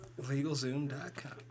Legalzoom.com